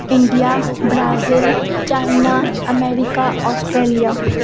India Brazil China America Australia